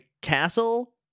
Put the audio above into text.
castle